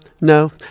no